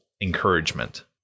encouragement